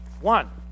One